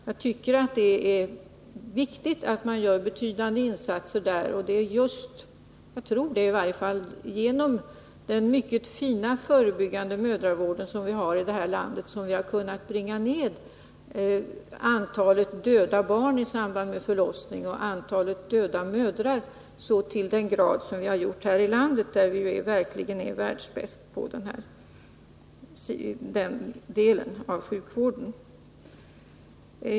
Jag tycker att det är viktigt att man gör betydande insatser på det området, och jag tror i varje fall att det är just genom den mycket fina förebyggande mödravård vi har i vårt land som vi har kunnat bringa ned antalet döda barn och döda mödrar i samband med förlossning i så stor utsträckning att vi är världsbäst när det gäller den delen av sjukvården.